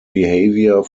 behavior